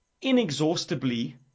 inexhaustibly